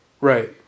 right